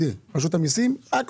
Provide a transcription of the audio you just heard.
רשות המסים יודעת